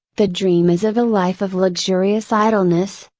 the dream is of a life of luxurious idleness,